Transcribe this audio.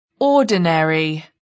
Ordinary